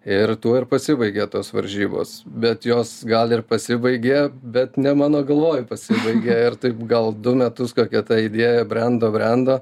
ir tuo ir pasibaigė tos varžybos bet jos gal ir pasibaigė bet ne mano galvoj pasibaigė ir taip gal du metus kokia ta idėja brendo brendo